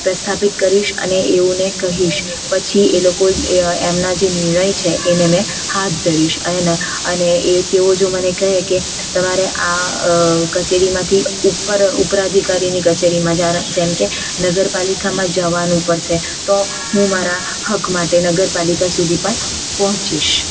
પ્રસ્થાપિત કરીશ અને તેઓને કહીશ પછી એ લોકો એ એમના જે નિર્ણય છે એને મેં હાથ ધરીશ એના અને એ તેઓ જો મને કહે કે તમારે આ કચેરીમાંથી ઉપર ઉપરા અધિકારીની કચેરીમાં દ્વારા જેમકે નગરપાલિકામાં જવાનું પડશે તો હું મારા હક માટે નગરપાલિકા સુધી પણ પહોંચીશ